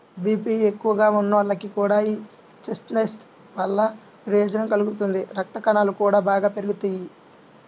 BP ఎక్కువగా ఉన్నోళ్లకి కూడా యీ చెస్ట్నట్స్ వల్ల ప్రయోజనం కలుగుతుంది, రక్తకణాలు గూడా బాగా పెరుగుతియ్యి